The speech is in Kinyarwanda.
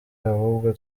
ahubwo